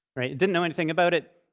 right? it didn't know anything about it,